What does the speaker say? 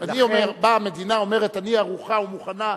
אני אומר, באה המדינה, אומרת: אני ערוכה ומוכנה.